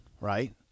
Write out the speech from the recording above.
right